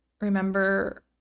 remember